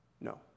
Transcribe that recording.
no